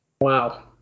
Wow